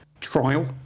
trial